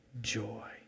joy